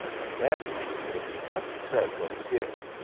and dad thinks that if he hadn't said what he did,